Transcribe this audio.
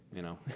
you know.